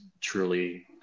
truly